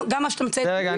גם מה שאתה מציין כאן --- רגע,